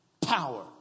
Power